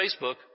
Facebook